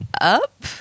up